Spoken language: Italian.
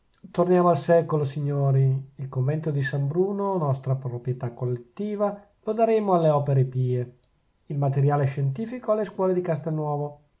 torniamo al secolo signori il convento di san bruno nostra proprietà collettiva lo daremo alle opere pie il materiale scientifico alle scuole di castelnuovo